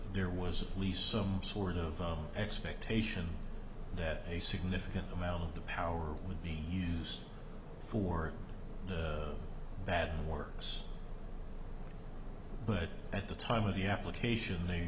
there was at least some sort of expectation that a significant amount of power would be used for bad works but at the time of the application they